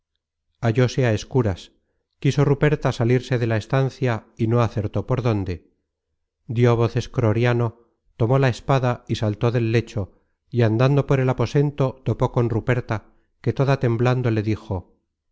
la vela hallóse á escuras quiso ruperta salirse de la estancia y no acertó por dónde dió voces croriano tomó la espada y saltó del lecho y andando por el aposento topó con ruperta que toda temblando le dijo